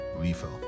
refill